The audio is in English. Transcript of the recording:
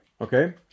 Okay